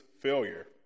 failure